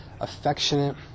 affectionate